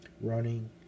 running